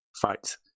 fights